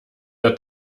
der